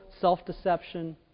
self-deception